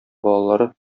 балалары